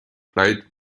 played